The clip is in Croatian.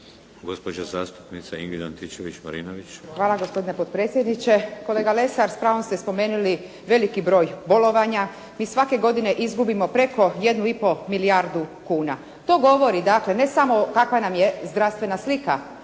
Marinović, Ingrid (SDP)** Hvala gospodine potpredsjedniče. Kolega Lesar, s pravom ste spomenuli veliki broj bolovanja, mi svake godine izgubimo preko 1,5 milijardu kuna. To govori, dakle ne samo kakva nam je zdravstvena slika